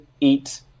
eat